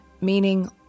meaning